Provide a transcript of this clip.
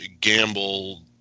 gamble